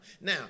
Now